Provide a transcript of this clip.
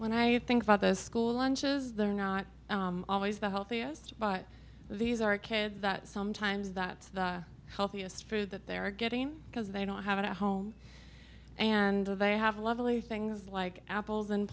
when i think about those school lunches they're not always the healthiest but these are kids that sometimes that's the healthiest food that they're getting because they don't have it at home and they have lovely things like apples